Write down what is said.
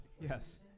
Yes